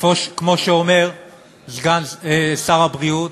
כמו שאומר שר הבריאות,